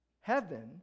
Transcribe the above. heaven